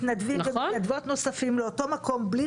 שרת ההתיישבות והמשימות הלאומיות